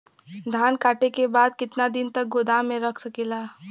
धान कांटेके बाद कितना दिन तक गोदाम में रख सकीला?